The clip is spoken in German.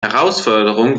herausforderung